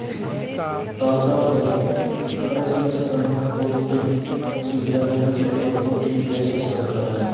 ताजा उपज प्रसंस्करण पौष्टिक, सुविधाजनक उत्पादों की पेशकश करता है